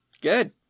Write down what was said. good